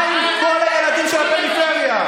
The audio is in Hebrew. מה עם כל הילדים של הפריפריה?